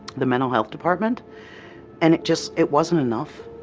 the mental health department and it just, it wasn't enough.